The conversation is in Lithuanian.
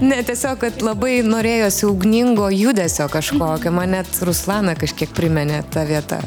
ne tiesiog kad labai norėjosi ugningo judesio kažkokio man net ruslaną kažkiek priminė ta vieta